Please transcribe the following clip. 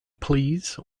please